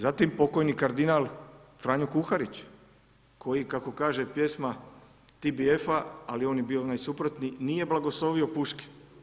Zatim pokojni kardinal Franjo Kuharić koji, kako kaže pjesma TBF-a, ali on je bio onaj suprotni, nije blagoslovio puške.